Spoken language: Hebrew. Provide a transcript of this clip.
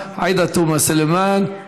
חברת הכנסת שרן השכל, איננה.